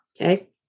Okay